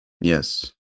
Yes